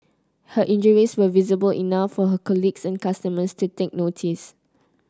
her injuries were visible enough for her colleagues and customers to take notice